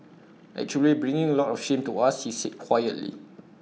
actually bring A lot of shame to us he said quietly